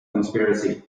conspiracy